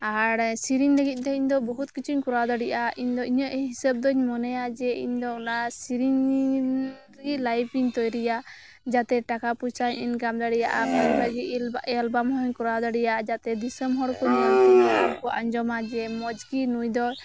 ᱟᱨ ᱥᱮᱨᱮᱧ ᱞᱟᱜᱤᱜ ᱫᱚ ᱤᱧ ᱵᱚᱦᱩᱛ ᱠᱤᱪᱷᱩᱧ ᱠᱚᱨᱟᱣ ᱫᱟᱲᱮᱭᱟᱜᱼᱟ ᱤᱧ ᱫᱚ ᱤᱧᱟᱹᱜ ᱦᱤᱥᱟᱹᱵᱽ ᱫᱚᱧ ᱢᱚᱱᱮᱭᱟ ᱡᱮ ᱤᱧ ᱫᱚ ᱚᱱᱟ ᱥᱮᱨᱮᱧᱤᱧ ᱨᱮᱜᱮ ᱞᱟᱭᱤᱯᱷ ᱤᱧ ᱛᱚᱭᱨᱤᱭᱟ ᱡᱟᱛᱮ ᱴᱟᱠᱟ ᱯᱚᱭᱥᱟᱧ ᱤᱱᱠᱟᱢ ᱫᱟᱲᱮᱭᱟᱜᱼᱟ ᱤᱧ ᱞᱟᱜᱤᱜ ᱮᱞᱵᱟᱢ ᱦᱚᱸᱧ ᱠᱚᱨᱟᱣ ᱫᱟᱲᱮᱭᱟᱜᱼᱟ ᱡᱟᱛᱮ ᱫᱤᱥᱚᱢ ᱦᱚᱲ ᱠᱚ ᱟᱸᱡᱚᱢᱟ ᱡᱮ ᱢᱚᱸᱡᱽ ᱜᱮ ᱱᱩᱭ ᱫᱚ